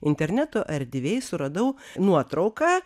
interneto erdvėj suradau nuotrauką